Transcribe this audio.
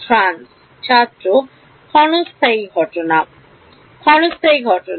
trans ছাত্র ক্ষণস্থায়ী ঘটনা ক্ষণস্থায়ী ঘটনা